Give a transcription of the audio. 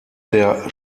der